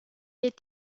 les